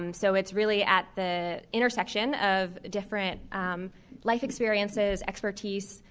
um so it's really at the intersection of different life experiences, expertise,